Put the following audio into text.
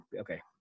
Okay